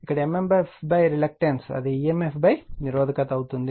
ఇక్కడ mmf reluctance అది emf నిరోధకత అవుతుంది